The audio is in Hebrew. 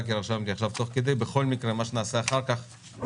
עצרנו אתמול בהקראה ונמשיך מהמקום שעצרנו.